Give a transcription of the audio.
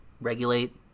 regulate